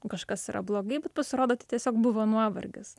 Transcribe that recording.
kažkas yra blogai bet pasirodo tai tiesiog buvo nuovargis